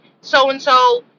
so-and-so